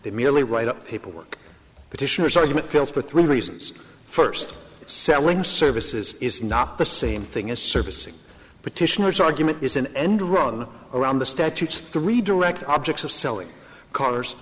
they merely write up paperwork petitioner's argument fails for three reasons first selling services is not the same thing as servicing petitioner's argument is an end run around the statutes to redirect objects of selling cars